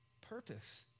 Purpose